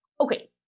okay